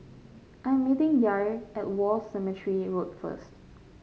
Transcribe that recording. I am meeting Yair at War Cemetery Road first